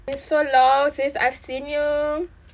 it's so long since I've seen you